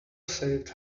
saved